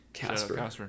Casper